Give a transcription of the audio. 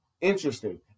interesting